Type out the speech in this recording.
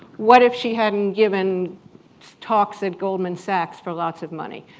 what if she hadn't given talks at goldman sachs for lots of money?